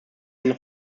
eine